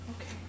Okay